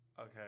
Okay